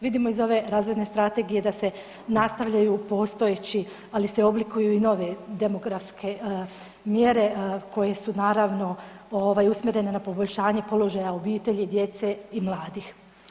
Vidimo iz ove razvojne strategije da se nastavljaju postojeći, ali se oblikuju i nove demografske mjere koje su naravno ovaj usmjerene na poboljšanje položaja obitelji, djece i mladih.